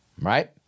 right